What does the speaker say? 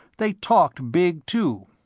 they talked big, too.